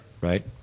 right